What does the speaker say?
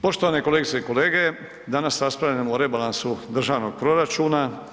Poštovane kolegice i kolege, danas raspravljamo o rebalansu državnog proračuna.